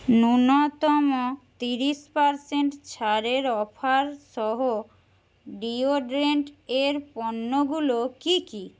ন্যূনতম তিরিশ পার্সেন্ট ছাড়ের অফারসহ ডিওড্রেন্টের পণ্যগুলো কী কী